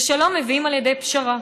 ושלום מביאים על ידי פשרה.